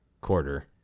quarter